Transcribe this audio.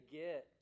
get